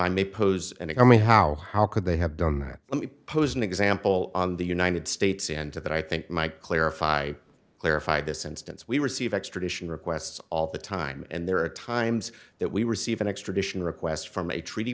mean how how could they have done that let me pose an example on the united states and that i think might clarify clarify this instance we receive extradition requests all the time and there are times that we receive an extradition request from a treaty